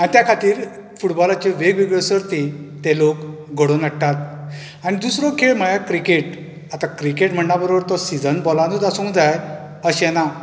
आनी त्या खातीर फुटबॉलाची वेगवेगळ्यो सर्ती ते लोक घडोवन हाडटात आनी दुसरो खेळ म्हळ्यार क्रिकेट आतां क्रिकेट म्हणण्यां बरोबर तो सीझन बॉलानूच आसूंक जाय अशें ना